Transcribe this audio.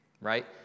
Right